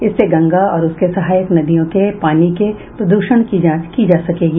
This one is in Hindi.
इससे गंगा और उसके सहायक नदियों के पानी के प्रदूषण की जांच की जा सकेगी